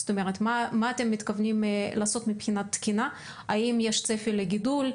זאת אומרת: מה אתם מתכוונים לעשות מבחינת תקינה והאם יש צפי לגידול.